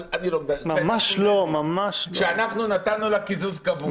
אבל אני לא --- שאנחנו נתנו לה קיזוז קבוע.